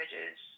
images